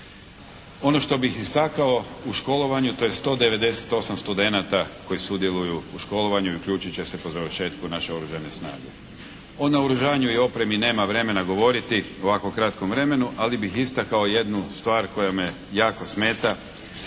Ono što bih istakao u školovanju to je 198 studenata koji sudjeluju u školovanju i uključit će se po završetku u naše oružane snage. O naoružanju i opremi nemam vremena govoriti u ovako kratkom vremenu, ali bih istakao jednu stvar koja me jako smeta,